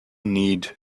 need